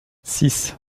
six